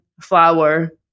flower